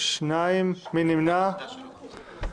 2 נמנעים,